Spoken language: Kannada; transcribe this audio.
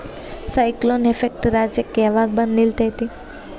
ಸೈಕ್ಲೋನ್ ಎಫೆಕ್ಟ್ ರಾಜ್ಯಕ್ಕೆ ಯಾವಾಗ ಬಂದ ನಿಲ್ಲತೈತಿ?